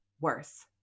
worse